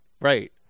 Right